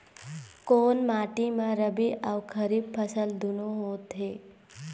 कोन माटी म रबी अऊ खरीफ फसल दूनों होत हे?